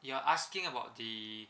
you're asking about the